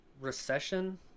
recession